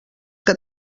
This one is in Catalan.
que